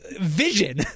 vision